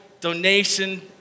donation